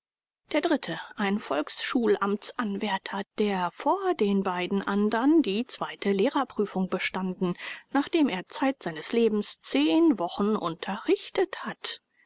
der dritte ein volksschulamtsanwärter der vor den beiden anderen die zweite lehrerprüfung bestanden nachdem er zeit seines lebens zehn wochen unterrichtet hat